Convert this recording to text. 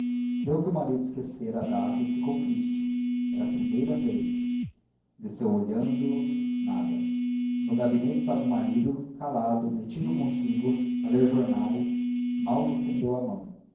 creu que o marido esquecera a data e ficou triste era a primeira vez desceu olhando nada no gabinete estava o marido calado metido consigo a ler jornais mal lhe estendeu a mão